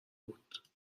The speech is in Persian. بود